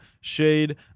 Shade